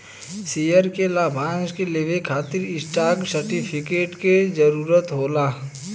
share के लाभांश के लेवे खातिर स्टॉप सर्टिफिकेट के जरूरत होला